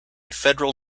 federal